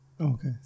Okay